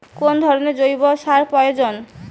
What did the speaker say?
কোন ধরণের জৈব সার প্রয়োজন?